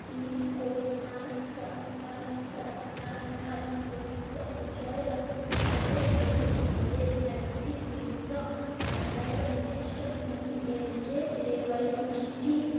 pincode ଆଠ ସାତ ଆଠ ସାତ ଆଠ ଆଠ ହୋଇଥିବା ଅଞ୍ଚଳର ନିକଟରେ କୌଣସି ଇ ଏସ୍ ଆଇ ସି କେନ୍ଦ୍ର ପ୍ରକାରର ବିଶିଷ୍ଟ P M J A Y ଅଛି କି